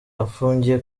afungiye